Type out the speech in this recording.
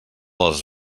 les